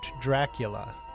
Dracula